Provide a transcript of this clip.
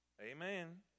Amen